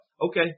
okay